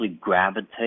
gravitate